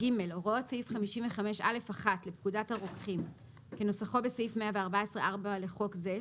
(ג)הוראות סעיף 55א1 לפקודת הרוקחים כנוסחו בסעיף 114(4) לחוק זה,